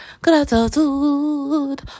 Gratitude